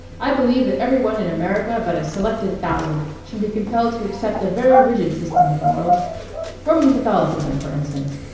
i believe that every one in america but a selected thousand should be compelled to accept a very rigid system of morals roman catholicism, for instance.